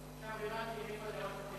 עכשיו הבנתי מאיפה הדעות הפוליטיות שלך.